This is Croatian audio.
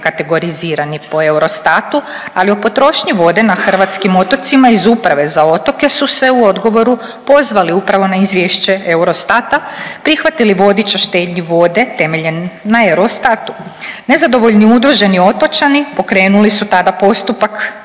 kategorizirani prema Eurostatu, ali o potrošnji vode na hrvatskim otocima iz Uprave za otoke su se u odgovoru pozvali upravo na izvješće Eurostata, prihvatili vodič o štednji vode temeljen na Eurostatu. Nezadovoljni udruženi otočani pokrenuli su tada postupak